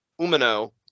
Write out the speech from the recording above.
Umino